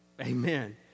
Amen